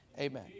Amen